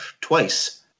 twice